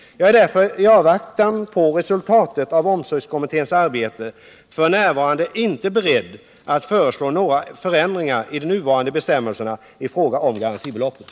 Jag är därför i avvaktan på resultatet av omsorgskommitténs arbete f.n. inte beredd att föreslå några förändringar i de nuvarande bestämmelserna i fråga om garantibeloppet.